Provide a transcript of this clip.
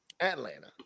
Atlanta